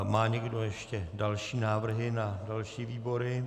Má někdo ještě další návrhy na další výbory?